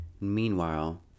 Meanwhile